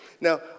Now